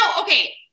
okay